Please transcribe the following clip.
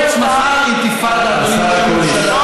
השר אקוניס,